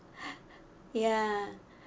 ya